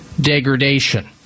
degradation